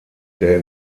der